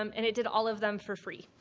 um and it did all of them for free.